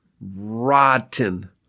rotten